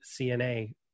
CNA